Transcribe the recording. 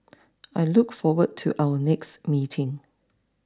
I look forward to our next meeting